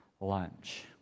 lunch